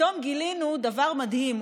פתאום גילינו דבר מדהים.